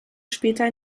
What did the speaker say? später